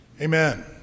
Amen